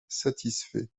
satisfait